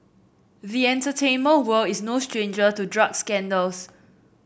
the entertainment world is no stranger to drug scandals